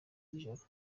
z’ijoro